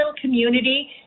community